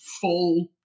full